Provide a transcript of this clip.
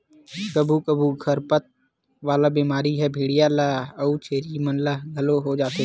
कभू कभू गरभपात वाला बेमारी ह भेंड़िया अउ छेरी मन ल घलो हो जाथे